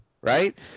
right